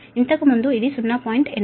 ఇంతకుముందు ఇది 0